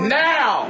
now